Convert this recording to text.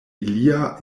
ilia